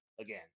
again